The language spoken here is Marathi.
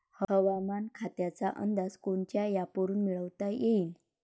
हवामान खात्याचा अंदाज कोनच्या ॲपवरुन मिळवता येईन?